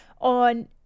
on